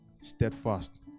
steadfast